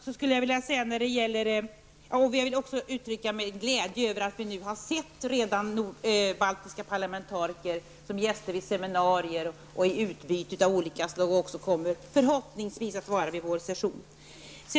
Också jag vill uttrycka min glädje över att vi redan nu har sett baltiska parlamentariker som gäster vid seminarier och i utbyten av olika slag och att de också förhoppningsvis kommer att vara närvarande vid vår session.